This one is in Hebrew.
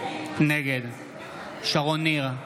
נגד שרון ניר,